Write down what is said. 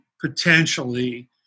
potentially